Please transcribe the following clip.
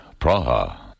Praha